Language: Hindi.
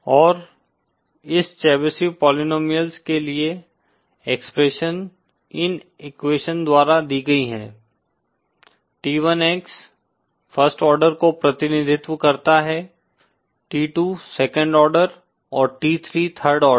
और इस चेबीशेव पोलीनोमियल्स के लिए एक्सप्रेशन इन एक्वेशन्स द्वारा दी गई है T1X फर्स्ट आर्डर को प्रतिनिधित्व करता है T2 सेकंड आर्डर और फिर T3 थर्ड आर्डर